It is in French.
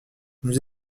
nous